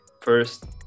first